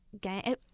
game